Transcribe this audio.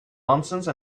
nonsense